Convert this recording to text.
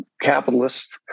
capitalists